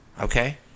Okay